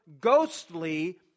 ghostly